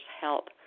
help